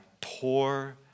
poor